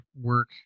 work